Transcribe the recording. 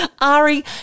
Ari